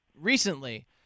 recently